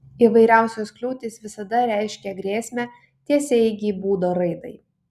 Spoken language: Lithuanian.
įvairiausios kliūtys visada reiškia grėsmę tiesiaeigei būdo raidai